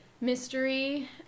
mystery